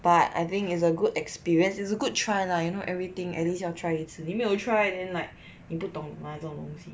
but I think is a good experience is a good try lah you know everything at least 要 try 一次你没有 try then like 你不懂 mah 这种东西